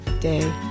day